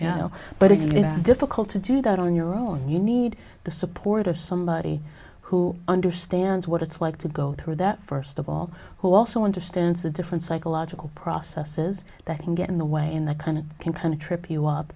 comes but it's difficult to do that on your own you need the support of somebody who understands what it's like to go through that first of all who also understands the different psychological processes that can get in the way in the kind of can kind of trip you up